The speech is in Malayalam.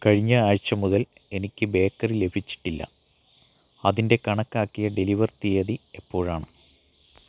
കഴിഞ്ഞ ആഴ്ച്ച മുതൽ എനിക്ക് ബേക്കറി ലഭിച്ചിട്ടില്ല അതിൻ്റെ കണക്കാക്കിയ ഡെലിവർ തീയ്യതി എപ്പോഴാണ്